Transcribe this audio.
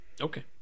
Okay